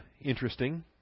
interesting